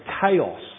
chaos